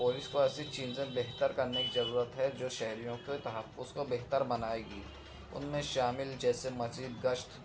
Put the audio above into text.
police کو ایسی چیزیں بہتر کرنے کی ضرورت ہے جو شہریوں کے تحفظ کو بہتر بنائے گی ان میں شامل جیسے مزید گشت